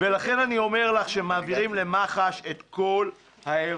לכן אני אומר לך שמעבירים למח"ש את כל האירועים.